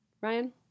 ryan